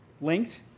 linked